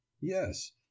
Yes